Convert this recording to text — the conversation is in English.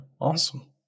Awesome